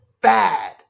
bad